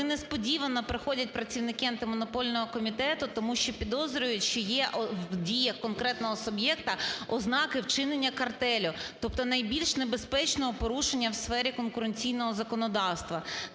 несподівано приходять працівники Антимонопольного комітету, тому що підозрюють, що є в діях конкретного суб'єкта ознаки вчинення картелю, тобто найбільш небезпечного порушення в сфері конкуренційного законодавства.